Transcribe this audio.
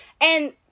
And-